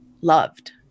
loved